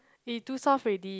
eh too soft ready